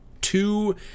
two